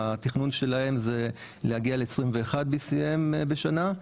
התכנון שלהם זה להגיע ל-BCM 21 בשנה,